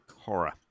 horror